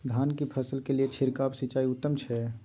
धान की फसल के लिये छिरकाव सिंचाई उत्तम छै?